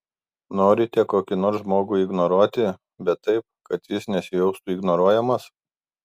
norite kokį nors žmogų ignoruoti bet taip kad jis nesijaustų ignoruojamas